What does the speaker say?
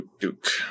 Duke